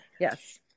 Yes